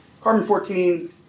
carbon-14